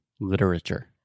Literature